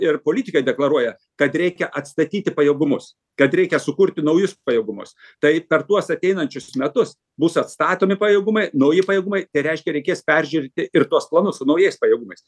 ir politikai deklaruoja kad reikia atstatyti pajėgumus kad reikia sukurti naujus pajėgumus tai per tuos ateinančius metus bus atstatomi pajėgumai nauji pajėgumai tai reiškia reikės peržiūrėti ir tuos planus su naujais pajėgumais